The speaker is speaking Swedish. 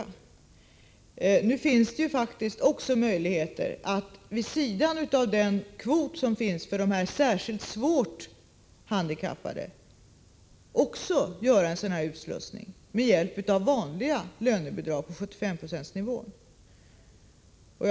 Men det finns faktiskt också möjligheter att vid sidan av kvoten för de särskilt svårt handikappade genomföra en sådan här utslussning med hjälp av vanliga 75-procentiga lönebidrag.